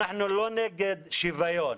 אנחנו לא נגד שוויון.